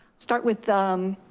start with